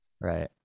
Right